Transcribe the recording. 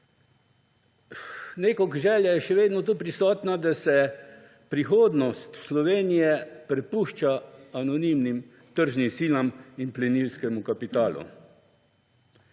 Nekako je še vedno tukaj prisotna želja, da se prihodnost Slovenije prepušča anonimnih tržnim silam in plenilskemu kapitalu.